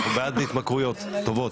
אנחנו בעד התמכרויות טובות.